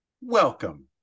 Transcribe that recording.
welcome